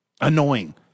annoying